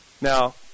Now